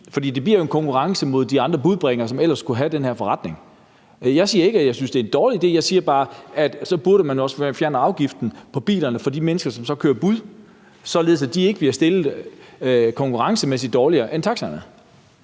For det bliver jo en konkurrence mod de andre budbringere, som ellers skulle have den her forretning. Og jeg siger ikke, at jeg synes, det er en dårlig idé. Jeg siger bare, at man så også burde fjerne afgiften på bilerne for de mennesker, som så kører bud, således at de konkurrencemæssigt ikke bliver stillet dårligere end taxaerne.